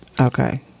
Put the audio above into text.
Okay